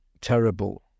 terrible